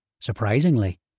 Surprisingly